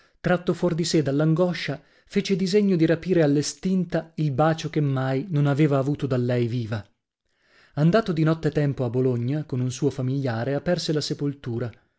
tratto fuor di sè dall'angoscia fece disegno di rapire all'estinta il bacio che mai non aveva avuto da lei viva andato di notte tempo a bologna con un suo famigliare aperse la sepoltura